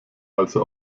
also